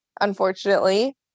unfortunately